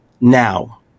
now